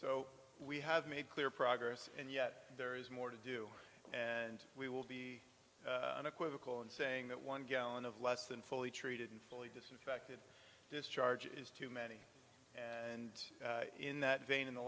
so we have made clear progress and yet there is more to do and we will be unequivocal in saying that one gallon of less than fully treated and fully disinfected discharge is too many and in that vein in the